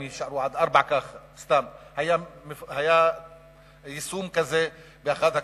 הם יישארו עד 16:00. היה יישום כזה באחד הכפרים,